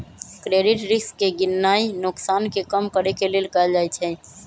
credit risk के गीणनाइ नोकसान के कम करेके लेल कएल जाइ छइ